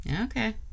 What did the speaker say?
Okay